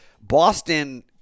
Boston